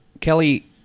Kelly